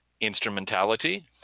instrumentality